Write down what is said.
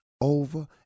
over